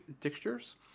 textures